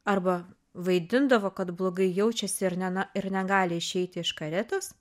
arba vaidindavo kad blogai jaučiasi ir ne na ir negali išeiti iš karietos